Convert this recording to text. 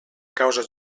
causa